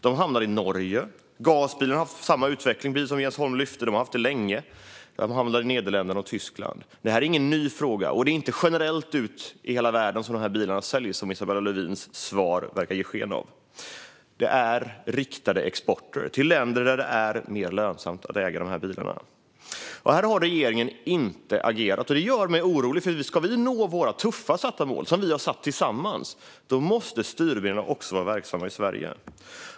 De hamnar i Norge. Precis som Jens Holm lyfte upp har gasbilarna haft samma utveckling. Det har de haft länge. De hamnar i Nederländerna och Tyskland. Detta är ingen ny fråga. Bilarna säljs heller inte generellt ut i hela världen, vilket Isabella Lövins svar verkar ge sken av. Det handlar om riktade exporter till länder där det är mer lönsamt att äga dem. Regeringen har inte agerat mot detta, och det gör mig orolig. Om vi ska nå våra tufft satta mål, som vi tillsammans har satt, måste också styrmedlen vara verksamma i Sverige.